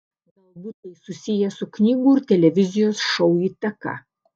galbūt tai susiję su knygų ir televizijos šou įtaka